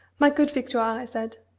my good victoire, i said,